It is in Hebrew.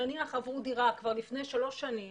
שנניח עברו דירה כבר לפני שלוש שנים